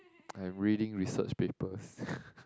I'm reading research papers